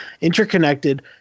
interconnected